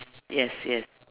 yes yes